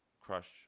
crush